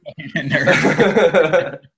Nerd